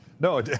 No